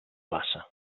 bassa